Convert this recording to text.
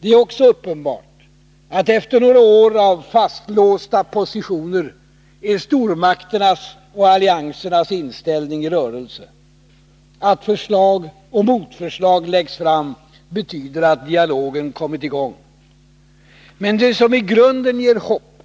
Det är också uppenbart att efter några år av fastlåsta positioner är stormakternas och alliansernas inställning i rörelse. Att förslag och motförslag läggs fram betyder att dialogen kommit i gång. Men det som i grunden ger hopp